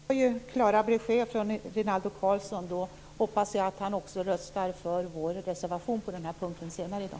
Herr talman! Det var klara besked från Rinaldo Karlsson. Då hoppas jag att han också röstar för vår reservation på den här punkten senare i dag.